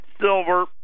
silver